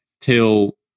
till